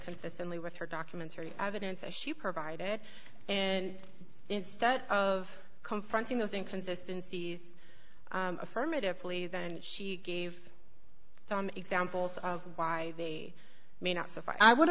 consistently with her documentary evidence that she provided and instead of confronting those inconsistencies affirmatively then she gave some examples of why may not suffice i would